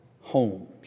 homes